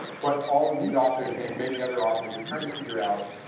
what all of these authors and many other authors are trying to figure out.